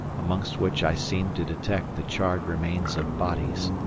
amongst which i seemed to detect the charred remains of bodies.